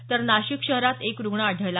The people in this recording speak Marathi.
तर नाशिक शहरात एक रुग्ण आढळला